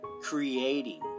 creating